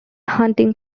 hunting